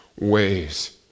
ways